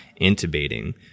intubating